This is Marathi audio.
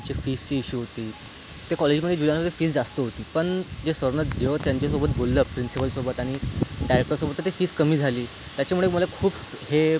त्यांच्या फीजचे इश्यू होते त्या कॉलेजमध्ये दुधाणेमध्ये फीज जास्त होती पण जे सरनं जेव्हा त्यांच्यासोबत बोललं प्रिंसिपलसोबत आणि डायरेक्टर सोबत तर ते फीज कमी झाली त्याच्यामुळे मला खूप हे